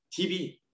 TV